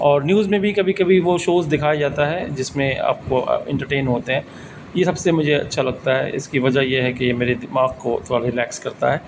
اور نیوز میں بھی کبھی کبھی وہ شوز دکھایا جاتا ہے جس میں آپ کو انٹرٹین ہوتے ہیں یہ سب سے مجھے اچھا لگتا ہے اس کی وجہ یہ ہے کہ یہ میرے دماغ کو تھوڑا ریلیکس کرتا ہے